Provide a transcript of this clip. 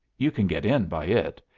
you can get in by it,